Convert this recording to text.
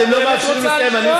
אתם לא מאפשרים לו לסיים.